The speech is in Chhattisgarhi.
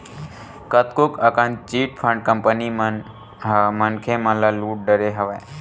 कतको अकन चिटफंड कंपनी मन ह मनखे मन ल लुट डरे हवय